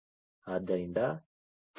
ಆದ್ದರಿಂದ 3V3 3